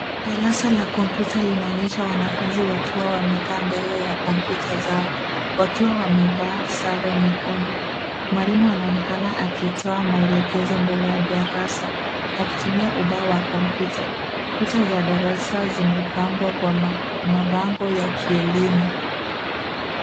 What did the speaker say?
Darasa la komputa linaonyesha wanafunzi wakiwa wamekaa mbele ya komputa zao wakiwa wamevaa sare nyekundu. Mwalimu anaonekana akitoa maelekezo mbele ya darasa akitumia ubao wa komputa kuta za darasa zimepambwa kwa mabango ya kielimu.